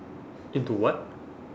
into what